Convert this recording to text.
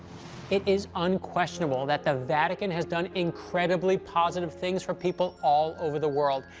it is unquestionable that the vatican has done incredibly positive things for people all over the world,